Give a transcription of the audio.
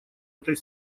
этой